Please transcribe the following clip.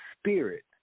Spirit